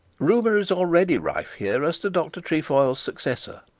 rumour is already rife her as to dr trefoil's successor,